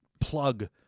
plug